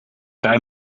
vrij